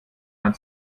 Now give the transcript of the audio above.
man